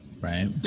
Right